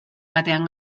batean